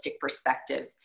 perspective